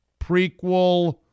prequel